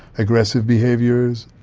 aggressive behaviours,